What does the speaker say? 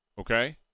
Okay